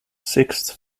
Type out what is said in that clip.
sixth